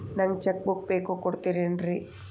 ನಂಗ cheque book ಬೇಕು ಕೊಡ್ತಿರೇನ್ರಿ?